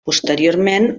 posteriorment